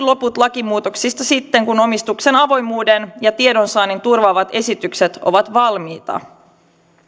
loput lakimuutoksista sitten kun omistuksen avoimuuden ja tiedonsaannin turvaavat esitykset ovat valmiita